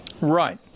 right